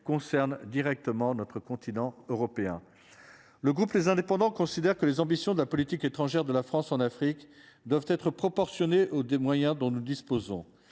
concerne directement notre continent européen. Le groupe les indépendants. C'est-à-dire que les ambitions de la politique étrangère de la France en Afrique doivent être proportionnées aux des moyens dont nous disposons